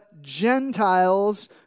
Gentiles